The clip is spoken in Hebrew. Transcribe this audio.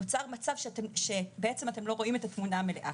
נוצר מצב שאתם לא רואים את התמונה המלאה.